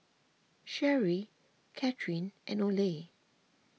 Sherrie Cathryn and Oley